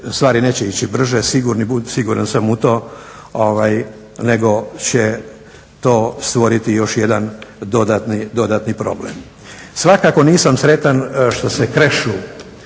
stvari neće ići brže, siguran sam u to, nego će to stvoriti još jedan dodatni problem. Svakako nisam sretan što se krešu